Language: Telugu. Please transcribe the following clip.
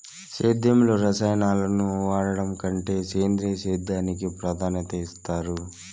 సేద్యంలో రసాయనాలను వాడడం కంటే సేంద్రియ సేద్యానికి ప్రాధాన్యత ఇస్తారు